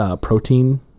protein